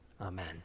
Amen